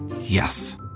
Yes